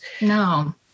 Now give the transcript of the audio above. no